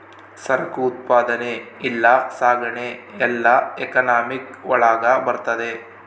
ಸರಕು ಉತ್ಪಾದನೆ ಇಲ್ಲ ಸಾಗಣೆ ಎಲ್ಲ ಎಕನಾಮಿಕ್ ಒಳಗ ಬರ್ತದೆ